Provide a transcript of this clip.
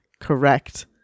Correct